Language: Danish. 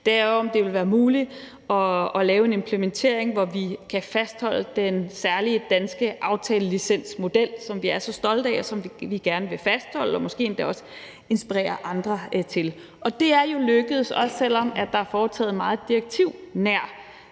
er jo, om det vil være muligt at lave en implementering, hvor vi kan fastholde den særlige danske aftalelicensmodel, som vi er så stolte af, og som vi gerne vil fastholde og måske endda også inspirere andre til at indføre. Og det er jo lykkedes, også selv om der er foretaget en meget direktivnær